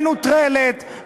מנוטרלת,